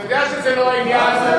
אתה יודע שלא זה העניין.